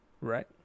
Right